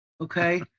Okay